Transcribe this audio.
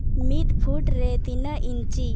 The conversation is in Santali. ᱢᱤᱫ ᱯᱷᱩᱴ ᱨᱮ ᱛᱤᱱᱟᱹᱜ ᱤᱱᱪᱤ